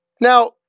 Now